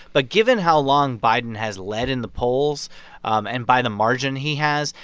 but given how long biden has led in the polls and by the margin he has,